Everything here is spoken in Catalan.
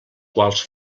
quals